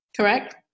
Correct